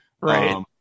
Right